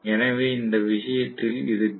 எனவே எந்த விஷயத்தில் இது டி